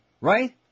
Right